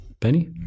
Benny